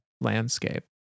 landscape